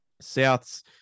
South's